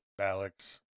Alex